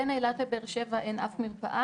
בין אילת לבאר שבע אין אף מרפאה.